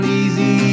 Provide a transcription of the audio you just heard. easy